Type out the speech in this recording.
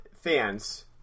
fans